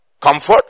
comfort